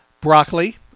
broccoli